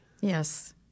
Yes